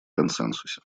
консенсусе